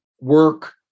work